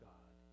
God